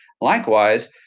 Likewise